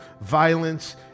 violence